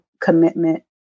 commitment